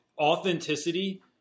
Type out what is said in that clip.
authenticity